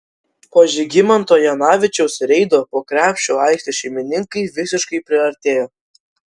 po žygimanto janavičiaus reido po krepšiu aikštės šeimininkai visiškai priartėjo